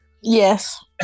Yes